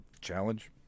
challenge